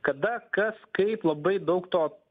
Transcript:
kada kas kaip labai daug to